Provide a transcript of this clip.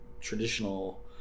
traditional